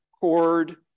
cord